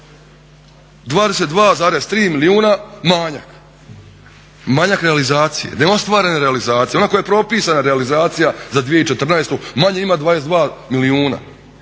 22,3 milijuna manjak. Manjak realizacije, nema stvaranja realizacije, ona koja je propisana realizacija za 2014.manje ima 22 milijuna.